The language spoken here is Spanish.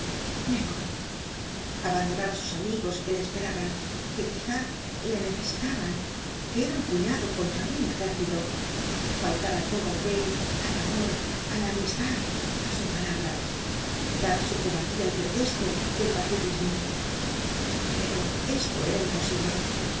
me voy abandonar á sus amigos que le esperaban que quizá le necesitaban que eran un puñado contra un ejército faltar á todo á la vez al amor á la amistad á su palabra dar á su cobardía el pretesto del patriotismo pero esto era imposible